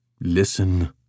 Listen